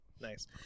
Nice